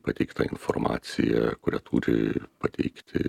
pateikta informacija kurią turi pateikti